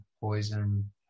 Poison